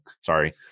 sorry